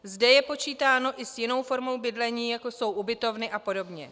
Zde je počítáno i s jinou formou bydlení, jako jsou ubytovny apod.